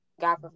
God